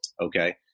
okay